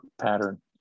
pattern